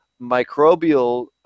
microbial